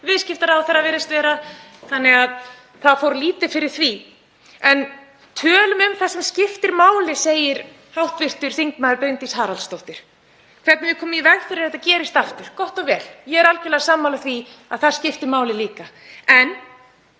viðskiptaráðherra, virðist vera, þannig að það fór lítið fyrir því. En tölum um það sem skiptir máli, segir hv. þm. Bryndís Haraldsdóttir, hvernig við komum í veg fyrir að þetta gerist aftur. Gott og vel. Ég er algjörlega sammála því að það skipti máli líka. En